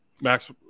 Max